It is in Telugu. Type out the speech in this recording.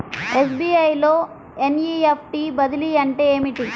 ఎస్.బీ.ఐ లో ఎన్.ఈ.ఎఫ్.టీ బదిలీ అంటే ఏమిటి?